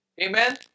Amen